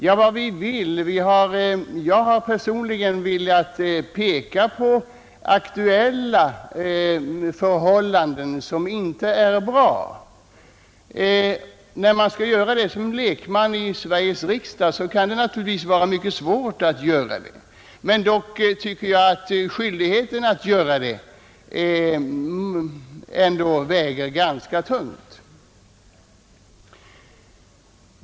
Ja, vad vill vi? Jag personligen har velat uppmärksamma aktuella förhållanden som inte är bra. När man skall göra det såsom lekman när det gäller sjukvårdsfrågor i Sveriges riksdag, kan det naturligtvis te sig svårt. Jag tycker dock att skyldigheten att göra det ändå väger ganska tungt.